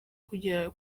kugera